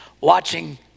watching